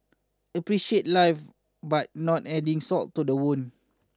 appreciate life but not adding salt to the wound